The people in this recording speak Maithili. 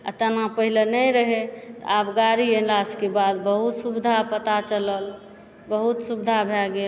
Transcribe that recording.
तेना पहिले नहि रहए आब गाड़ी एला के बाद बहुत सुविधा पता चलल बहुत सुविधा भए गेल